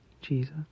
Jesus